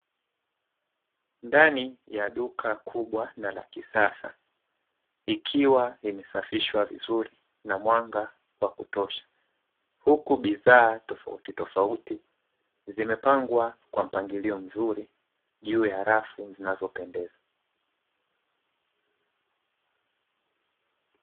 Ndani ya duka kubwa na la kisasa, ikiwa imesafishwa vizuri na mwanga wa kutosha huku bidhaa tofautitofauti zimepangwa kwa mpangilio mzuri, juu ya rafu zinazopendeza.